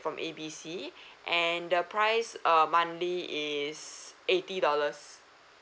from A B C and the price uh monthly is eighty dollars